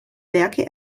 werke